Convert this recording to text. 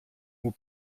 oer